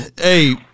Hey